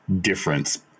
difference